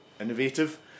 innovative